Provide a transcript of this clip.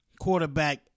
quarterback